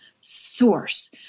source